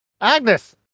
Agnes